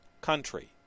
country